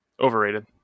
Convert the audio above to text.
Overrated